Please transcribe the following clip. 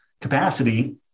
capacity